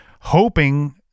hoping